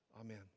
Amen